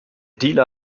dealer